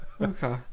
Okay